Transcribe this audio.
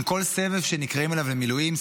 עם כל סבב שנקראים אליו למילואים,